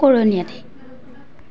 কৰণীআটী